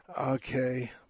Okay